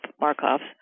Markov's